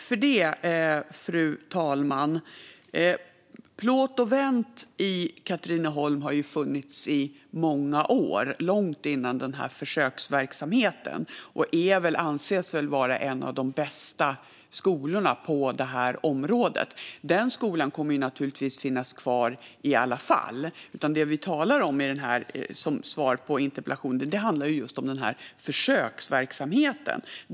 Fru talman! Plåt & Ventbyrån i Katrineholm har ju funnits i många år, långt innan den här försöksverksamheten, och anses väl vara en av de bästa skolorna på det området. Den skolan kommer naturligtvis att finnas kvar i alla fall. Det vi talar om, som svar på interpellationen, handlar just om försöksverksamheten.